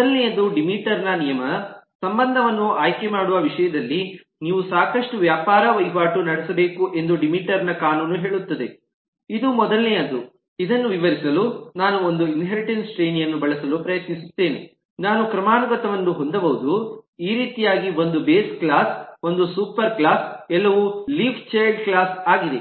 ಮೊದಲನೆಯದು ಡಿಮೀಟರ್ ನ ನಿಯಮ ಸಂಬಂಧವನ್ನು ಆಯ್ಕೆಮಾಡುವ ವಿಷಯದಲ್ಲಿ ನೀವು ಸಾಕಷ್ಟು ವ್ಯಾಪಾರ ವಹಿವಾಟು ನಡೆಸಬೇಕು ಎಂದು ಡಿಮೀಟರ್ ನ ಕಾನೂನು ಹೇಳುತ್ತದೆ ಇದು ಮೊದಲನೆಯದು ಇದನ್ನು ವಿವರಿಸಲು ನಾನು ಒಂದು ಇನ್ಹೇರಿಟೆನ್ಸ್ ಶ್ರೇಣಿಯನ್ನು ಬಳಸಲು ಪ್ರಯತ್ನಿಸುತ್ತೇನೆ ನಾನು ಕ್ರಮಾನುಗತವನ್ನು ಹೊಂದಬಹುದು ಈ ರೀತಿಯಾಗಿ 1 ಬೇಸ್ ಕ್ಲಾಸ್ ಒಂದು ಸೂಪರ್ ಕ್ಲಾಸ್ ಎಲ್ಲವೂ ಲೀಫ್ ಚೈಲ್ಡ್ ಕ್ಲಾಸ್ಆಗಿದೆ